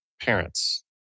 parents